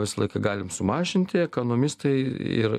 visą laiką galim sumažinti ekonomistai ir